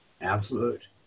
absolute